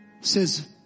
says